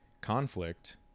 conflict